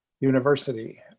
University